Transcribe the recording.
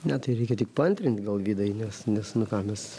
na tai reikia tik paantrint gal vidai nes nes nu ką nes